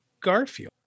Garfield